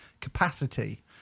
capacity